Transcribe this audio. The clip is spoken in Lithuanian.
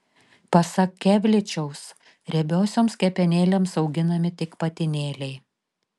pasak kevličiaus riebiosioms kepenėlėms auginami tik patinėliai